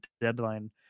deadline